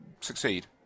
succeed